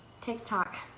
TikTok